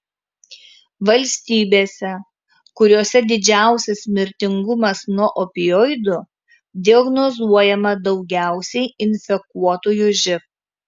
valstybėse kuriose didžiausias mirtingumas nuo opioidų diagnozuojama daugiausiai infekuotųjų živ